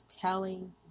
telling